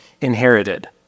inherited